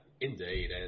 Indeed